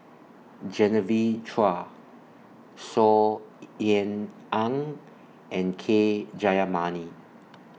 Genevieve Chua Saw Ean Ang and K Jayamani